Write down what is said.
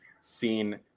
seen